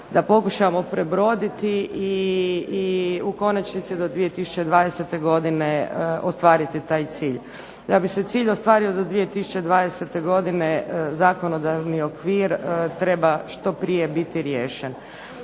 da pokušamo prebroditi i u konačnici do 2020. godine ostvariti taj cilj. Da bi se cilj ostvario do 2020. godine zakonodavni okvir treba što prije biti riješen,